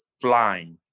flying